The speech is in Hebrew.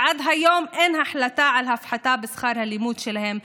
שעד היום אין החלטה על הפחתה בשכר הלימוד שלהם,